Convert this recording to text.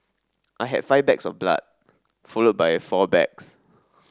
i had five bags of blood followed by four bags